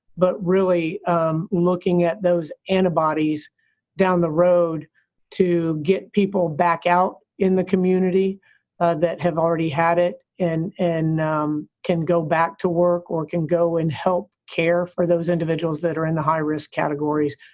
but really um looking at those antibodies down the road to get people back out in the community that have already had it and um can go back to work or can go and help care for those individuals that are in the high risk categories,